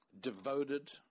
devoted